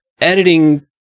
editing